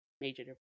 major